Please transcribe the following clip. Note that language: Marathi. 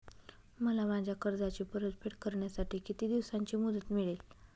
मला माझ्या कर्जाची परतफेड करण्यासाठी किती दिवसांची मुदत मिळेल?